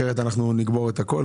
אחרת אנחנו נגמור את הכל.